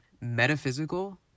metaphysical